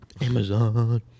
Amazon